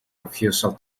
refusal